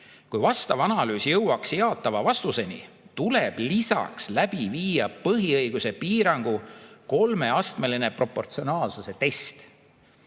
Kui vastav analüüs jõuaks jaatava vastuseni, tuleb lisaks läbi viia põhiõiguse piirangu kolmeastmeline proportsionaalsuse test.